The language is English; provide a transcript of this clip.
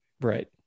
Right